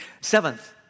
Seventh